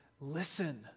listen